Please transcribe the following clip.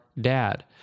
dad